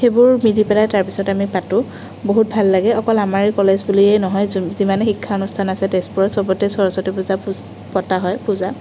সেইবোৰ মিলি পেলাই তাৰপিছত আমি পাতোঁ বহুত ভাল লাগে অকল আমাৰ কলেজ বুলিয়েই নহয় যিমানেই শিক্ষা অনুষ্ঠান আছে তেজপুৰৰ সবতে সৰস্বতী পূজা পতা হয় পূজা